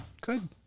Good